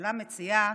שהממשלה מציעה,